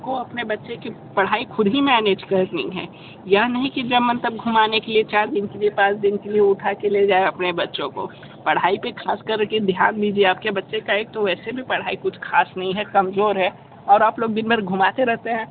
आप को अपनी बच्चे की पढ़ाई ख़ुद ही मैनेज करनी है यह नहीं कि जब मन तब घुमाने के लिए चार दिन के लिए पाँच दिन के लिए उठा के ले जाए आपने बच्चों को पढ़ाई पर ख़ास कर के ध्यान दीजिए आप के बच्चे को एक तो वैसे भी पढ़ाई कुछ ख़ास नहीं है कमज़ोर है और आप लोग दिन भर घूमाते रहते हैं